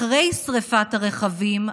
אחרי שריפת הרכבים,